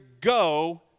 go